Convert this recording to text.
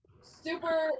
Super